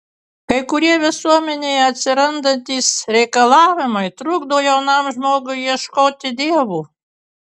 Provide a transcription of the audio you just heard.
kai kurie visuomenėje atsirandantys reikalavimai trukdo jaunam žmogui ieškoti dievo